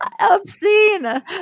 Obscene